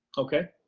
okay.